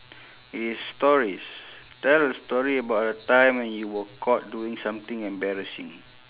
is stories tell a story about a time when you were caught doing something embarrassing